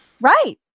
Right